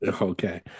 okay